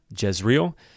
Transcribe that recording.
Jezreel